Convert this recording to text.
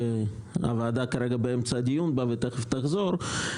שהוועדה כרגע באמצע הדיון בה ותכף תחזור,